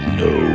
no